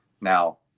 now